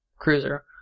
cruiser